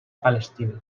palestina